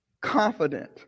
confident